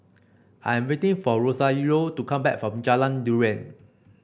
I am waiting for Rosario to come back from Jalan Durian